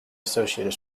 associated